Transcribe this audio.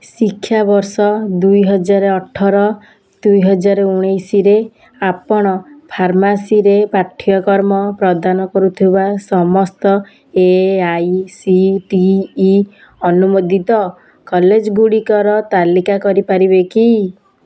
ଶିକ୍ଷା ବର୍ଷ ଦୁଇହଜାର ଅଠର ଦୁଇହଜାର ଉଣେଇଶିରେ ଆପଣ ଫାର୍ମାସିରେ ପାଠ୍ୟକ୍ରମ ପ୍ରଦାନ କରୁଥିବା ସମସ୍ତ A I C T E ଅନୁମୋଦିତ କଲେଜଗୁଡ଼ିକର ତାଲିକା କରିପାରିବେ କି